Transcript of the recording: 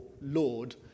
Lord